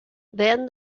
then